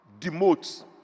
demotes